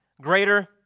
greater